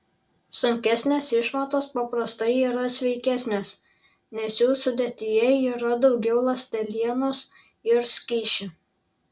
sunkesnės išmatos paprastai yra sveikesnės nes jų sudėtyje yra daugiau ląstelienos ir skysčių